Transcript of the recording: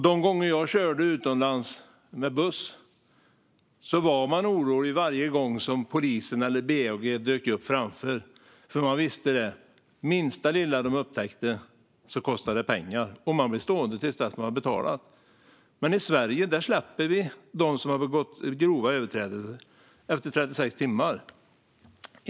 De gånger jag körde utomlands med buss var jag orolig varje gång polisen eller BAG dök upp framför, för jag visste: Minsta lilla de upptäcker kostar pengar, och man blir stående till dess att man betalat. Men i Sverige släpper vi dem som begått grova överträdelser efter 36 timmar.